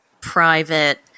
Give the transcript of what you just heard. private